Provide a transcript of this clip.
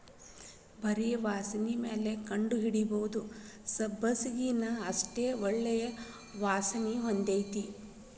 ಬರಿ ವಾಸ್ಣಿಮ್ಯಾಲ ಕಂಡಹಿಡಿಬಹುದ ಸಬ್ಬಸಗಿನಾ ಅಷ್ಟ ಒಳ್ಳೆ ವಾಸ್ಣಿ ಹೊಂದಿರ್ತೈತಿ